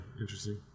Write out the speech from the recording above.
interesting